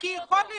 לא,